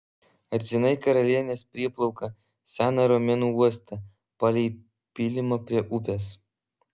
ar žinai karalienės prieplauką seną romėnų uostą palei pylimą prie upės